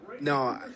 No